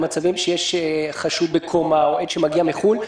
במצבים בהם יש חשוד בקומה או עד שמגיע מחו"ל,